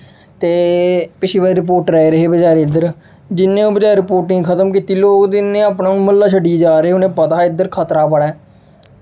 ते पिच्छें जेह् रिपोर्टर आए दे हे बचारे इद्धर जि'यां रिपोर्टिंग खत्म कीती लोग ते इ'यां अपना म्ह्ल्ला छड्डियै जा दे हे उ'नें गी पता हा इद्धर खतरा बड़ा ऐ